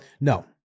No